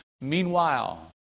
Meanwhile